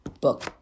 Book